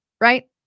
right